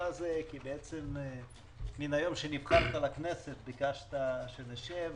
הזה כי בעצם מהיום שנבחרת לכנסת ביקשת שנשב